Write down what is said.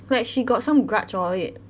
like she got some grudge or it